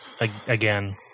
again